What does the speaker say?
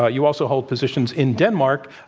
ah you also hold positions in denmark,